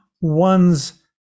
ones